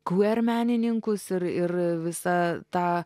queer menininkus ir ir visą tą